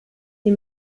sie